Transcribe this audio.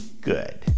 good